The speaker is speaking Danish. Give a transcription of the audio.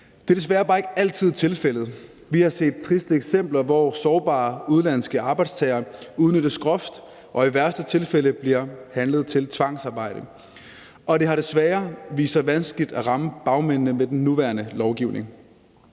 Det er desværre bare ikke altid tilfældet. Vi har set triste eksempler, hvor sårbare udenlandske arbejdstagere udnyttes groft og i værste tilfælde bliver handlet til tvangsarbejde. Og det har desværre vist sig vanskeligt at ramme bagmændene med den nuværende lovgivning.